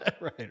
right